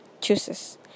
chooses